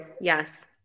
Yes